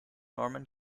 norman